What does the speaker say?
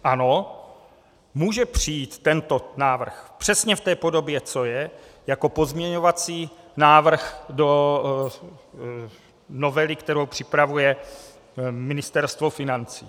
Ano, může přijít tento návrh přesně v té podobě, co je, jako pozměňovací návrh do novely, kterou připravuje Ministerstvo financí.